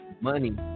money